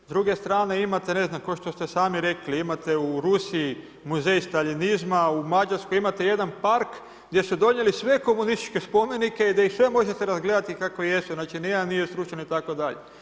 S druge strane imate, ne znam, kao što ste sami rekli, imate u Rusiji muzej Staljinizma, u Mađarskoj imate jedan park gdje su donijeli sve komunističke spomenike da ih sve može se razgledati kako jesu, znači nijedan nije srušen itd.